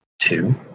two